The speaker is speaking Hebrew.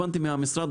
כך הבנתי מן המשרד.